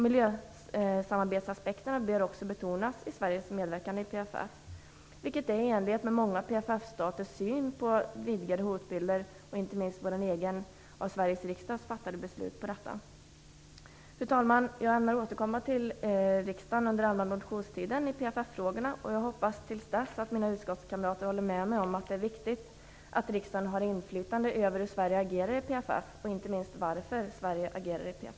Miljösamarbetsaspekterna bör också betonas i Sveriges medverkan i PFF, vilket är i enlighet med många PFF-staters syn på vidgade hotbilder och inte minst av vår egen riksdag fattade beslut om detta. Fru talman! Jag ämnar återkomma till riksdagen i PFF-frågorna under den allmänna motionstiden. Jag hoppas till dess att mina utskottskamrater håller med mig om att det är viktigt att riksdagen har inflytande över hur Sverige agerar i PFF och inte minst varför Sverige agerar i PFF.